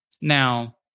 Now